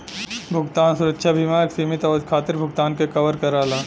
भुगतान सुरक्षा बीमा एक सीमित अवधि खातिर भुगतान के कवर करला